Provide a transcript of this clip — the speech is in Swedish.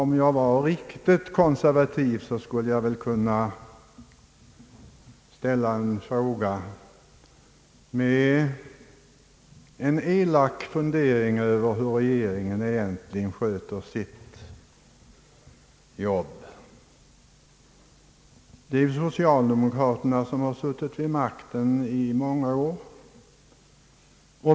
Om jag var riktigt konservativ, skulle jag kunna komma med elaka funderingar över hur regeringen egentligen sköter sitt jobb. Det är ju socialdemokraterna som har suttit vid makten i många år.